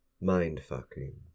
Mind-fucking